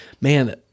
man